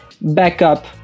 backup